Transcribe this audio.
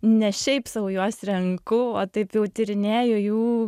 ne šiaip sau juos renku o taip jau tyrinėju jų